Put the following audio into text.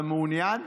אתה מעוניין?